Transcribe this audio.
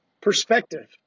Perspective